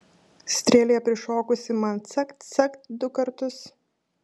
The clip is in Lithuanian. strėlė prišokusi man cakt cakt du kartus